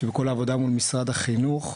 שבכל העבודה מול משרד החינוך,